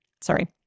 Sorry